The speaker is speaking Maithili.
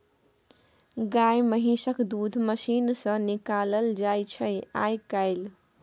गाए महिषक दूध मशीन सँ निकालल जाइ छै आइ काल्हि